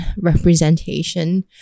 representation